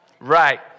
Right